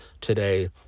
today